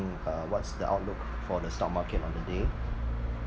uh what's the outlook for the stock market on the day